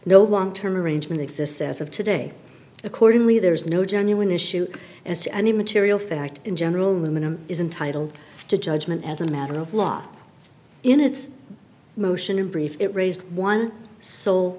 no long term arrangement exists as of today accordingly there is no genuine issue as to any material fact in general women and is entitled to judgment as a matter of law in its motion in brief it raised one sole